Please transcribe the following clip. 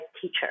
teacher